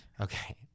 Okay